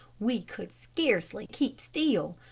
we could scarcely keep still.